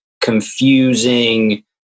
confusing